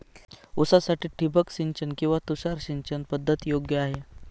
ऊसासाठी ठिबक सिंचन कि तुषार सिंचन पद्धत योग्य आहे?